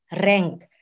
rank